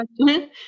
question